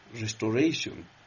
restoration